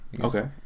okay